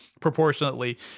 proportionately